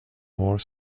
more